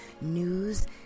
news